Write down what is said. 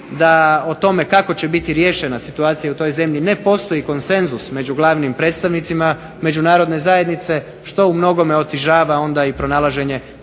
da o tome kako će biti riješena situacija u toj zemlji ne postoji konsenzus među glavnim predstavnicima međunarodne zajednice, što u mnogome otežava onda i pronalaženje